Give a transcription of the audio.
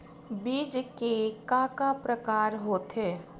बीज के का का प्रकार होथे?